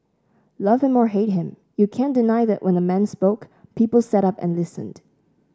love him or hate him you can't deny that when the man spoke people sat up and listened